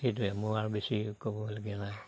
সেইটোৱে মোৰ আৰ বেছি ক'বলগীয়া নাই